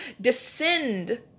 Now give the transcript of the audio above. descend